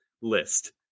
list